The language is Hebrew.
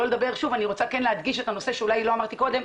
אני רוצה להדגיש את הנושא שאולי לא אמרתי קודם,